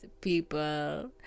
people